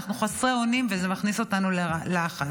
אנחנו חסרי אונים וזה מכניס אותנו ללחץ